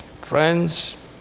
Friends